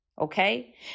Okay